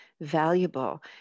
valuable